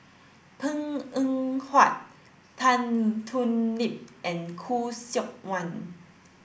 Png Eng Huat Tan Thoon Lip and Khoo Seok Wan